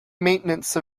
maintenance